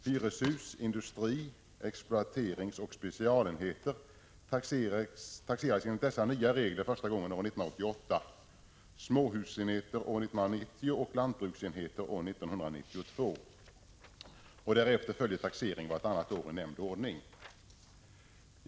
Hyreshus-, industri-, exploateringsoch specialenheter taxeras enligt dessa nya regler första gången år 1988, småhusenheter år 1990 och lantbruksenheter år 1992. Därefter följer taxering vartannat år i nämnd ordning.